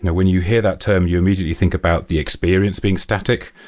when you hear that term, you immediately think about the experience being static,